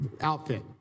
outfit